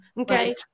Okay